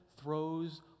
throws